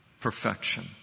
Perfection